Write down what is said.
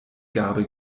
gabe